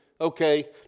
Okay